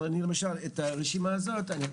אבל אני למשל את הרשימה הזאת,